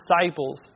disciples